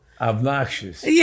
Obnoxious